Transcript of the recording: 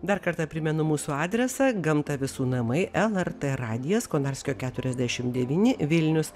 dar kartą primenu mūsų adresą gamta visų namai lrt radijas konarskio keturiasdešim devyni vilnius